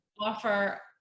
offer